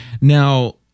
Now